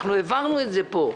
אנחנו העברנו את זה פה.